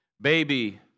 Baby